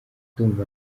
ndumva